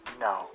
No